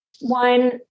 one